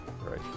Right